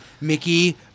Mickey